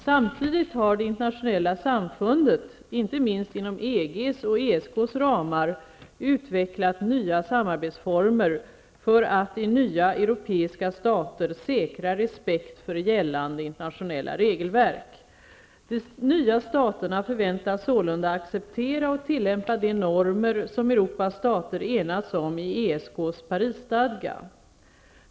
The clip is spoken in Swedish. Samtidigt har det internationella samfundet, inte minst inom EG:s och ESK:s ramar, utvecklat nya samarbetsformer för att i nya europeiska stater säkra respekt för gällande internationella regelverk. De nya staterna förväntas sålunda acceptera och tillämpa de normer som Europas stater har enats om i ESK:s Parisstadga.